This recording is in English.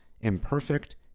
imperfect